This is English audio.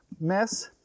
mess